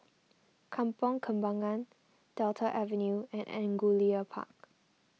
Kampong Kembangan Delta Avenue and Angullia Park